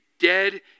dead